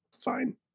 fine